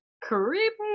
creepy